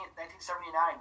1979